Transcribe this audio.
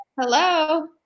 Hello